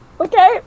Okay